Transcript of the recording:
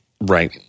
Right